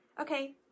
okay